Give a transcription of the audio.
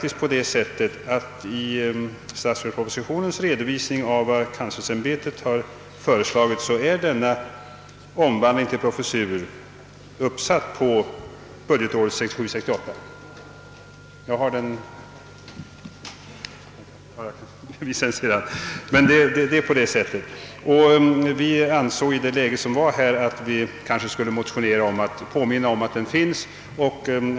I statsverkspropositionens redovisning av vad kanslersämbetet har föreslagit är emellertid omvandlingen av hans tjänst till professur faktiskt uppsatt till budgetåret 1967/68. Vi ansåg att vi i denna situation borde motionera för att påminna om saken.